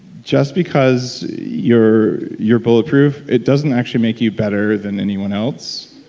just because you're you're bulletproof, it doesn't actually make you better than anyone else.